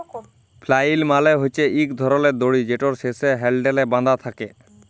flail মালে হছে ইক ধরলের দড়ি যেটর শেষে হ্যালডেল বাঁধা থ্যাকে